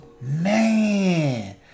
man